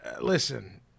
Listen